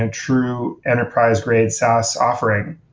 and true enterprise grade saas offering,